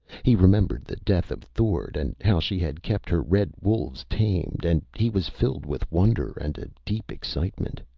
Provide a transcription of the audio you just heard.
he remembered the death of thord, and how she had kept her red wolves tamed, and he was filled with wonder, and a deep excitement.